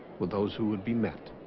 with those who would be met